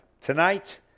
Tonight